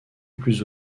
plus